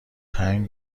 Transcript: هنگ